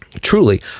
truly